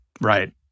Right